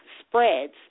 spreads